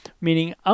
meaning